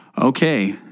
okay